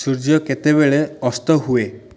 ସୂର୍ଯ୍ୟ କେତେବେଳେ ଅସ୍ତ ହୁଏ